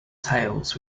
tails